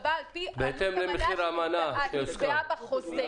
ייקבע על פי עלות המנה שנקבעה בחוזה.